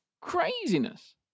craziness